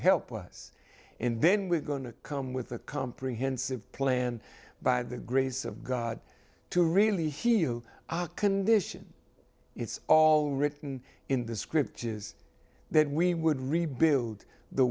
help us and then we're going to come with a comprehensive plan by the grace of god to really hear you condition it's all written in the scriptures that we would rebuild the